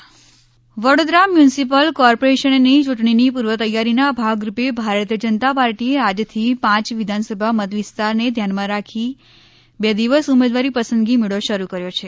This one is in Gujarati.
પસંદગી મેળો વડોદરા વડોદરા મ્યુનિસિપલ કોર્પોરેશનની ચૂંટણીની પૂર્વ તૈયારીના ભાગરૂપે ભારતીય જનતા પાર્ટીએ આજથી પાંચ વિધાનસભા મતવિસ્તાર ને ધ્યાનમાં રાખી બે દિવસ ઉમેદવારી પસંદગી મેળો શરૂ કર્યો છે